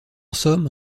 somme